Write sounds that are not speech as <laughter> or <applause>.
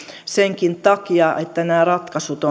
senkin takia että nämä ratkaisut <unintelligible>